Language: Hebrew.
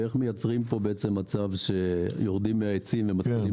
איך מייצרים כאן מצב שיורדים מהעצים ומתחילים